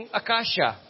akasha